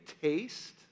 taste